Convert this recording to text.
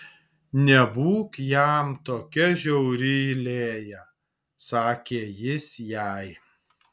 nebūk jam tokia žiauri lėja įsakė jis jai